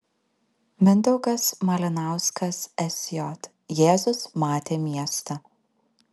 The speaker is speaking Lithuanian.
mindaugas malinauskas sj jėzus matė miestą